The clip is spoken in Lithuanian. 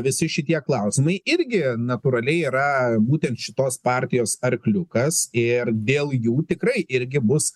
visi šitie klausimai irgi natūraliai yra būtent šitos partijos arkliukas ir dėl jų tikrai irgi bus